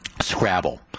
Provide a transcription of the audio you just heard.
Scrabble